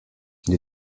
les